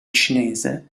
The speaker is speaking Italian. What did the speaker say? cinese